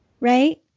Right